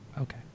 Okay